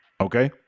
Okay